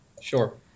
Sure